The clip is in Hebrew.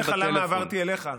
אני אגיד לך למה עברתי אליך.